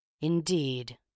Indeed